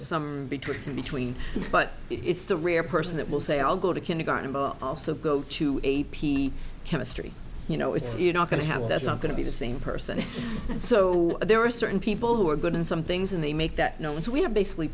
some betwixt and between but it's the rare person that will say i'll go to kindergarten but also go to a p chemistry you know it's not going to have that's not going to be the same person and so there are certain people who are good in some things and they make that known so we have basically